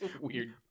weird